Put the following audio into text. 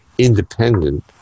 independent